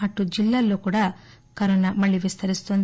అటు జిల్లాల్లో కూడా కరోనా మళ్ళీ విస్తరిస్తోంది